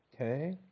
Okay